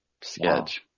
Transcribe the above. Sketch